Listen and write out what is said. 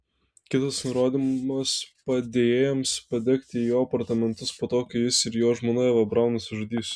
kitas nurodymas padėjėjams padegti jo apartamentus po to kai jis ir jo žmona eva braun nusižudys